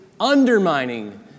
undermining